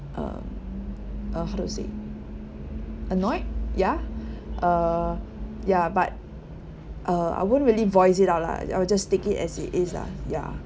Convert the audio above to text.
uh uh how to say annoyed ya uh ya but uh I won't really voice it out lah I will just take it as it is lah ya